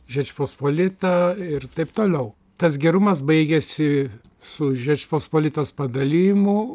žečpospolita ir taip toliau tas gerumas baigėsi su žečpospolitos padalijimu